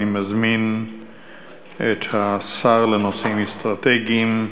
אני מזמין את השר לנושאים אסטרטגיים,